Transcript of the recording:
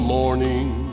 morning